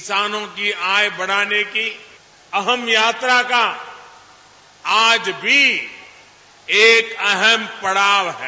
किसानों की आय बढ़ाने की अहम यात्रा का आज भी एक अहम पड़ाव है